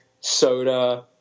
soda